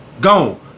gone